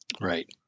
Right